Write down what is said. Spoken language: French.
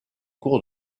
cours